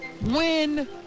win